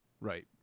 Right